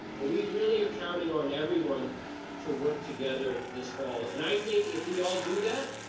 but we really are counting on everyone to work together this fall. and i think if we all do that,